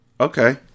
Okay